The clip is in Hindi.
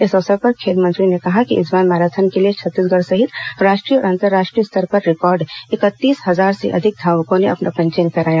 इस अवसर पर खेल मंत्री ने कहा कि इस बार मैराथन के लिए छत्तीसगढ़ सहित राष्ट्रीय और अंतर्राष्ट्रीय स्तर पर रिकॉर्ड इकतीस हजार से अधिक धावकों ने अपना पंजीयन कराया